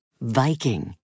Viking